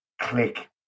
click